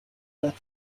that